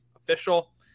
official